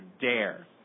dare